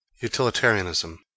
Utilitarianism